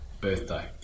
birthday